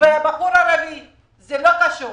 זה לא קשור.